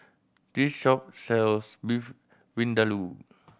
this shop sells Beef Vindaloo